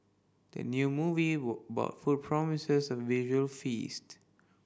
the new movie were about food promises a visual feast